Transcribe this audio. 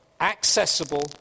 accessible